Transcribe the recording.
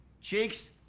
Cheeks